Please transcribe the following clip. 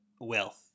wealth